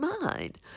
mind